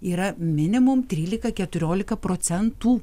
yra minimum trylika keturiolika procentų